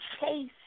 chase